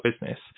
business